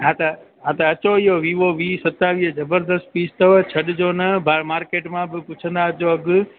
हा त हा त अचो इहो वीवो वी सतावीह ज़बरदस्तु पीस अथव छॾिजो न ॿाहिरि मार्केटन मां बि पुछंदा अचजो अघु